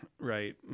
right